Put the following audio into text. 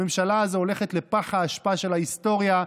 הממשלה הזו הולכת לפח האשפה של ההיסטוריה,